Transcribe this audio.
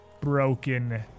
broken